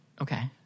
Okay